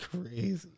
crazy